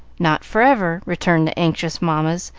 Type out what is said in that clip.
not forever, returned the anxious mammas,